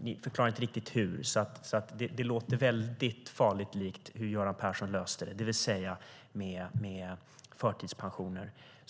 Ni förklarar inte riktigt hur. Det låter farligt likt hur Göran Persson löste det, det vill säga med förtidspensioner.